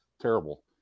terrible